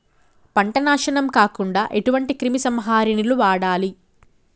పంట నాశనం కాకుండా ఎటువంటి క్రిమి సంహారిణిలు వాడాలి?